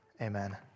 amen